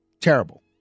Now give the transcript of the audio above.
Terrible